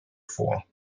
for